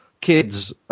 kids